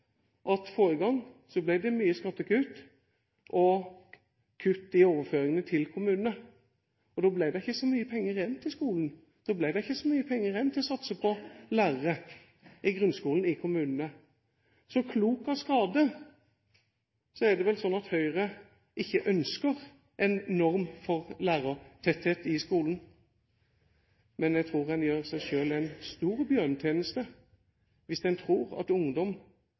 kutt i overføringene til kommunene, og da ble det ikke så mye penger igjen til skolen. Da ble det ikke så mye penger igjen til å satse på lærere i grunnskolen i kommunene. Så klok av skade er det vel sånn at Høyre ikke ønsker en norm for lærertetthet i skolen. Men jeg tror en gjør seg selv en stor bjørnetjeneste hvis en tror at ungdom